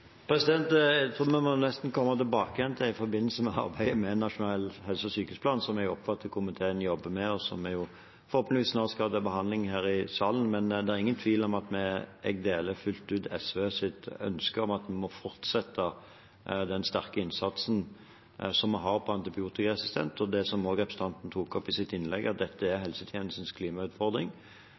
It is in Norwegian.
Jeg tror nesten vi må komme tilbake til det i forbindelse med arbeidet med Nasjonal helse- og sykehusplan, som jeg oppfatter at komiteen jobber med, og som vi forhåpentligvis snart skal ha til behandling her i salen. Men det er ingen tvil om at jeg fullt ut deler SVs ønske om at en må fortsette den sterke innsatsen som vi har mot antibiotikaresistens, og det som representanten også tok opp i sitt innlegg, at dette er helsetjenestens klimautfordring.